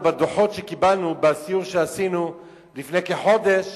בדוחות שקיבלנו בסיור שעשינו לפני כחודש